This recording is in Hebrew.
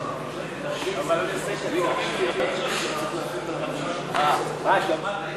היושב-ראש, חברי חברי הכנסת, חבר הכנסת